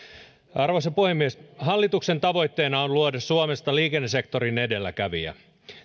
arvoisa puhemies hallituksen tavoitteena on luoda suomesta liikennesektorin edelläkävijä